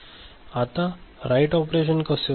आता right operation कसे होते